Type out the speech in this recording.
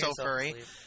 SoFurry